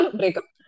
breakup